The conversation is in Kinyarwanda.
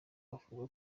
avuga